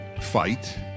fight